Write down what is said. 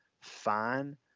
fine